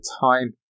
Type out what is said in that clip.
time